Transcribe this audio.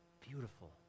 beautiful